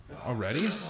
Already